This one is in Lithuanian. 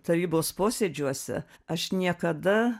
tarybos posėdžiuose aš niekada